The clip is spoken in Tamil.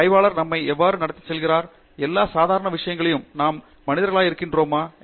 ஒரு ஆய்வாளர் நம்மை எவ்வாறு நடத்திச் செல்கிறார் எல்லா சாதாரண விஷயங்களிலும் நாம் மனிதர்களாக இருக்கிறோமா